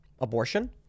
Abortion